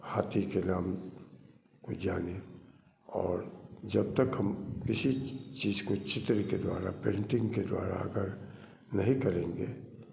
हाथी के नाम को जाने और जब तक हम किसी चीज़ को चित्र के द्वारा पेंटिंग के द्वारा अगर नहीं करेंगे तब तक